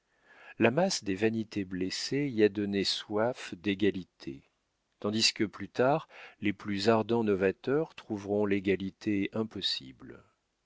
la masse des vanités blessées y a donné soif d'égalité tandis que plus tard les plus ardents novateurs trouveront l'égalité impossible